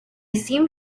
seemed